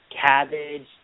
cabbage